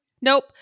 nope